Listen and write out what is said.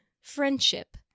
friendship